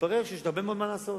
מתברר שיש עוד הרבה מאוד מה לעשות,